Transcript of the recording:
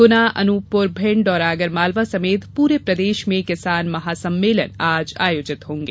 गुना अनूपपुर भिंड और आगरमालवा समेत पूरे प्रदेश में किसान महासम्मेलन आयोजित होंगे